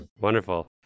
Wonderful